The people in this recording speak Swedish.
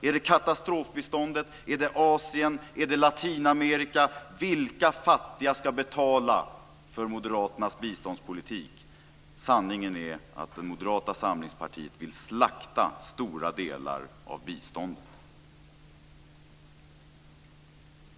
Är det katastrofbiståndet, är det Asien, är det Latinamerika - vilka fattiga ska betala för Moderaternas biståndspolitik? Sanningen är att Moderata samlingspartiet vill slakta stora delar av biståndet.